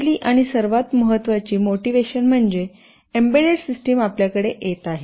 पहिली आणि सर्वात महत्वाची मोटिवेशन म्हणजे एम्बेडेड सिस्टम आपल्याकडे येत आहेत